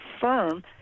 firm